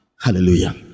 hallelujah